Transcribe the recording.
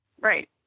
Right